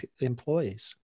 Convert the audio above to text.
employees